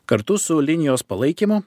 kartu su linijos palaikymu